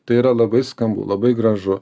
tai yra labai skambu labai gražu